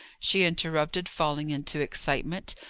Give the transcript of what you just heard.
she interrupted, falling into excitement,